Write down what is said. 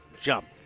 jump